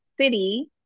city